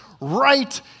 right